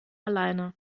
alleine